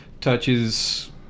touches